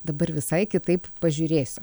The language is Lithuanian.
dabar visai kitaip pažiūrėsiu